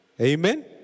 Amen